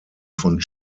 von